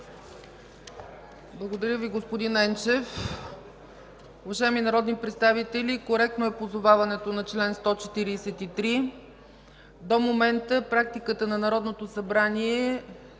Благодаря Ви, господин Енчев. Уважаеми народни представители, коректно е позоваването на чл. 143. До момента в практиката на Народното събрание